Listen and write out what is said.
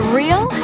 real